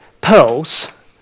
pearls